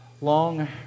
long